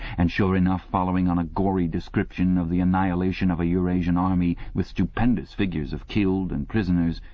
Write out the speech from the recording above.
and sure enough, following on a gory description of the annihilation of a eurasian army, with stupendous figures of killed and prisoners,